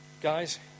Guys